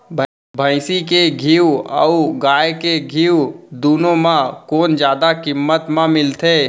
भैंसी के घीव अऊ गाय के घीव दूनो म कोन जादा किम्मत म मिलथे?